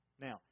Now